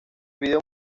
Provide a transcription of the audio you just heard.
video